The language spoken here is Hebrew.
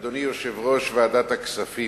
אדוני יושב-ראש ועדת הכספים,